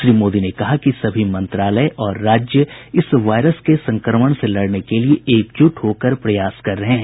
श्री मोदी ने कहा कि सभी मंत्रालय और राज्य इस वायरस के संक्रमण से लड़ने के लिये एकजुट होकर प्रयास कर रहे हैं